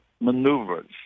maneuvers